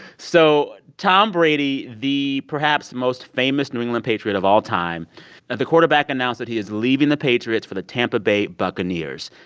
so tom brady, the, perhaps, most famous new england patriot of all time the quarterback announced that he is leaving the patriots for the tampa bay buccaneers.